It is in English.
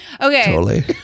okay